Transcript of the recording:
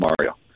Mario